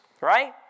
right